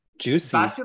Juicy